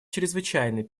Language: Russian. чрезвычайной